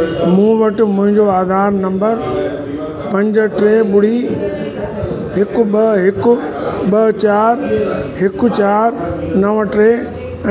मूं वटि मुंहिंजो आधार नंबर पंज टे ॿुड़ी हिकु ॿ हिकु ॿ चारि हिकु चारि नव टे